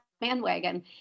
bandwagon